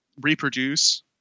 reproduce